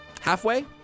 halfway